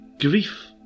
grief